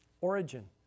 Origin